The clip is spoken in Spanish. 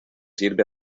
sirve